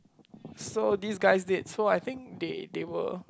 so this guy dead so I think they they were